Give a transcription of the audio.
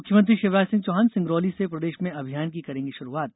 मुख्यमंत्री शिवराज सिंह चौहान सिंगरौली से प्रदेश में अभियान की करेंगे शुरूआत